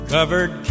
Covered